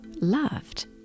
loved